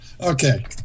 okay